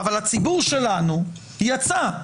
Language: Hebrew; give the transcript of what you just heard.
הציבור שלנו יצא,